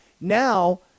Now